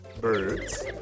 Birds